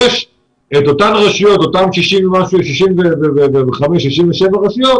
יש את אותן רשויות, 67-65 רשויות